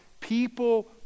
people